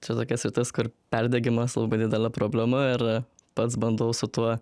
čia tokia sritis kur perdegimas labai didelė problema ir pats bandau su tuo